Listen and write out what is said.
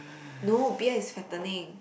no beer is fattening